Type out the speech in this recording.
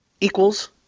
equals